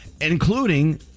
including